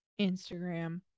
instagram